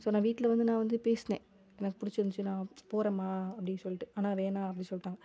so நான் வீட்டில் வந்து நான் வந்து பேசினேன் எனக்கு பிடிச்சிருந்துச்சு நான் போகிறேன்மா அப்படி சொல்லிட்டு ஆனால் வேணாம் அப்படி சொல்லிட்டாங்க